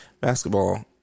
basketball